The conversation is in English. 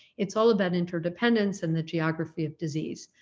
it's all about interdependence and the geography of disease.